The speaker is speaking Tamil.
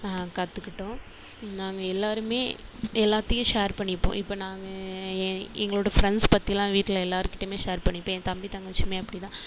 கற்றுக்கிட்டோம் நாங்கள் எல்லாருமே எல்லாத்தையும் ஷேர் பண்ணிப்போம் இப்போ நான் என் எங்களோட ஃப்ரெண்ட்ஸ் பற்றிலாம் வீட்டில் எல்லார்கிட்டையுமே ஷேர் பண்ணிப்பேன் என் தம்பி தங்கச்சுமே அப்படிதான்